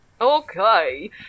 Okay